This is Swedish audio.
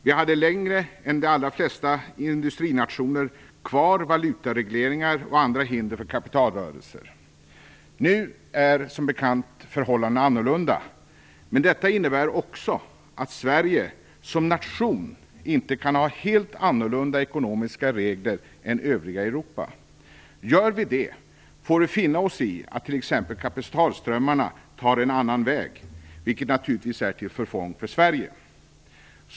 Vi hade längre än de allra flesta industrinationer kvar valutaregleringar och andra hinder för kapitalrörelser. Nu är förhållandena annorlunda, men detta innebär också att Sverige som nation inte kan ha helt annorlunda ekonomiska regler än övriga i Europa. Gör vi det får vi finna oss i att t.ex. kapitalströmmarna tar en annan väg, vilket naturligtvis är till förfång för Sverige.